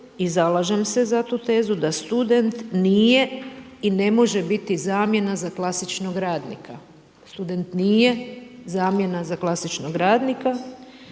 i zalažem se za tu tezu da student nije i ne može biti zamjena za klasičnog radnika. Student nije zamjena za klasičnog radnika